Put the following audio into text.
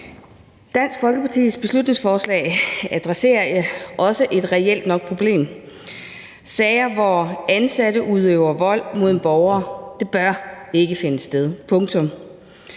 Dansk Folkepartis beslutningsforslag adresserer også et reelt nok problem. Sager, hvor ansatte udøver vold mod en borger, bør ikke finde sted – punktum.